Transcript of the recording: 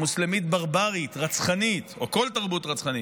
מוסלמית ברברית, רצחנית, או כל תרבות רצחנית.